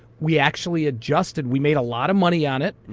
we actually adjusted. we made a lot of money on it.